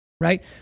right